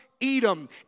Edom